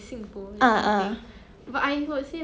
ah okay okay